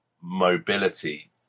mobility